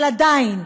אבל עדיין,